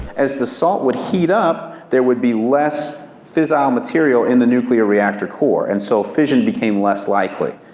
as the salt would heat up, there would be less fissile material in the nuclear reactor core, and so fission became less likely.